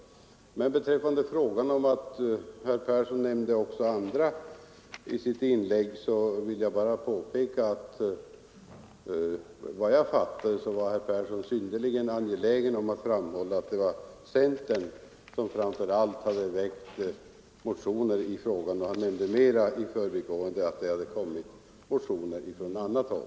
Herr Persson sade att han nämnt även andra motionärer i sitt inlägg. Jag vill då påpeka att som jag uppfattade herr Persson var han synnerligen angelägen att framhålla att det var centern som framför allt hade väckt motioner i ärendet, och han nämnde mera i förbigående att det hade kommit motioner från annat håll.